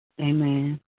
Amen